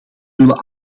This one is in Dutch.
zullen